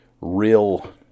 real